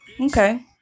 Okay